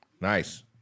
nice